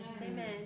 amen